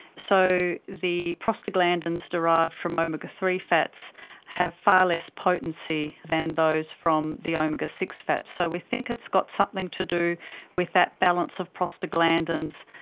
so the prostaglandins derived from omega three fats have far less potency than those from the omega six fats. so we think it's got something to do with that balance of prostaglandins,